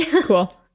Cool